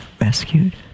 rescued